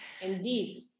Indeed